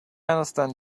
understand